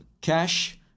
Cash